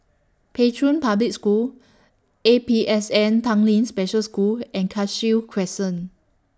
Pei Chun Public School A P S N Tanglin Special School and Cashew Crescent